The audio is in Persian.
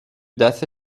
دست